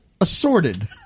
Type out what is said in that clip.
assorted